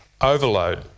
overload